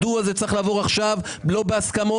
מדוע זה צריך לעבור עכשיו לא בהסכמות?